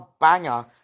banger